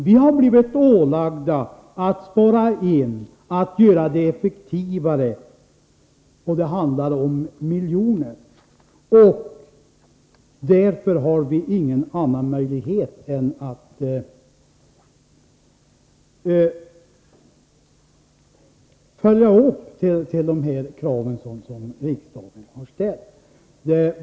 Vi har blivit ålagda att spara in, att göra det effektivare, och det handlar om miljoner. Vi har ingen annan möjlighet än att leva upp till de krav som riksdagen har ställt.